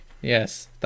Yes